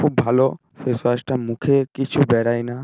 খুব ভালো ফেসওয়াশটা মুখে কিছু বেড়ায় না